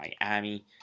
Miami